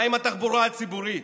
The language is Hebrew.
מה עם התחבורה הציבורית?